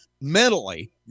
mentally